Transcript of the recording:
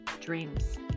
dreams